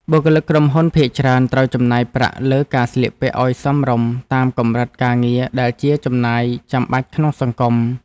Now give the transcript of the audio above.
បុគ្គលិកក្រុមហ៊ុនភាគច្រើនត្រូវចំណាយប្រាក់លើការស្លៀកពាក់ឱ្យសមរម្យតាមកម្រិតការងារដែលជាចំណាយចាំបាច់ក្នុងសង្គម។